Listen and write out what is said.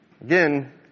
again